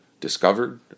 discovered